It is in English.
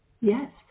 yes